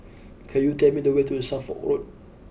could you tell me the way to Suffolk Road